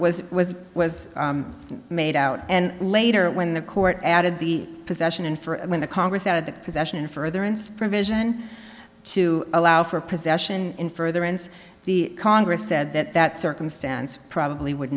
was was was made out and later when the court added the possession in for when the congress out of the possession in furtherance provision to allow for possession in furtherance the congress said that that circumstance probably would